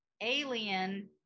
alien